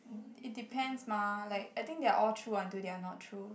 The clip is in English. it depends mah like I think they're all true until they're not true